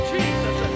Jesus